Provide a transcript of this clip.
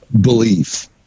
belief